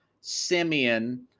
simeon